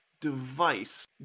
device